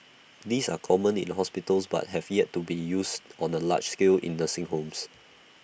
these are common in hospitals but have yet to be used on A large scale in nursing homes